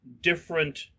different